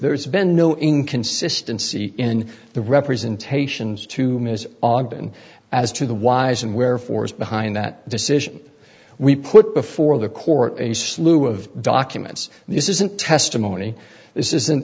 there's been no inconsistency in the representations to ms ogden as to the whys and wherefores behind that decision we put before the court a slew of documents this isn't testimony this is